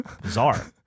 bizarre